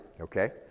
okay